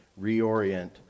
reorient